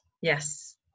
yes